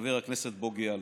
לחבר הכנסת בוגי יעלון.